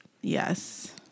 Yes